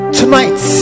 tonight